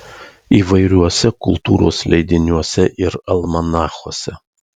įvairiuose kultūros leidiniuose ir almanachuose